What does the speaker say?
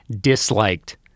disliked